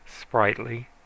sprightly